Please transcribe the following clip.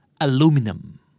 aluminum